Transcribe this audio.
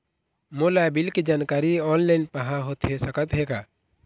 मोला बिल के जानकारी ऑनलाइन पाहां होथे सकत हे का?